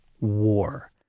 war